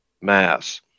Mass